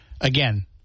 Again